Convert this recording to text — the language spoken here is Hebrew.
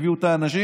הביאו את האנשים,